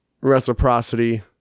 Reciprocity